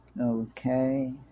okay